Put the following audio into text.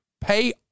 pay